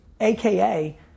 AKA